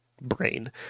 brain